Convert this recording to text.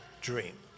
dream